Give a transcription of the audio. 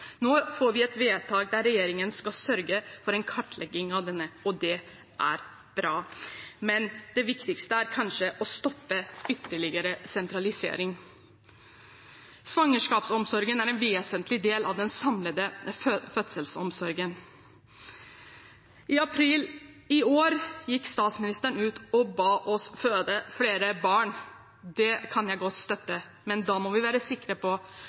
Nå får vi et vedtak på at regjeringen skal sørge for en kartlegging av denne, og det er bra, men det viktigste er kanskje å stoppe ytterligere sentralisering. Svangerskapsomsorgen er en vesentlig del av den samlede fødselsomsorgen. I april i år gikk statsministeren ut og ba oss føde flere barn. Det kan jeg godt støtte, men da må vi være sikre på